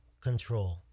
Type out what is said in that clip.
control